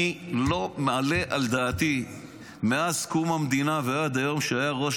אני לא מעלה על דעתי שמאז קום המדינה ועד היום היה ראש